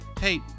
hey